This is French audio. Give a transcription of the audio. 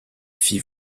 fit